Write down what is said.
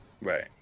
Right